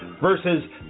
versus